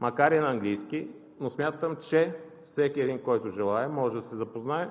макар и на английски, но смятам, че всеки един, който желае, може да се запознае